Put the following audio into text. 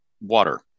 water